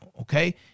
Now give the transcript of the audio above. Okay